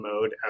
mode